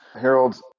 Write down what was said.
Harold